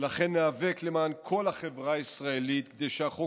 ולכן ניאבק למען כל החברה הישראלית כדי שהחוק